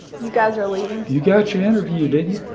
you guys are leaving? you got your interview. didn't you?